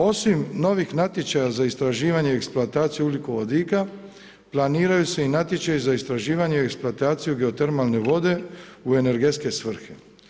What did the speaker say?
Osim novih natječaja za istraživanje i eksploataciju ugljikovodika planiraju se i natječaji za istraživanje i eksploataciju geotermalne vode u energetske svrhe.